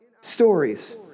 stories